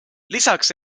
lisaks